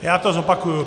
Já to zopakuji.